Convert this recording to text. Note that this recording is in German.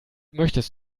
möchtest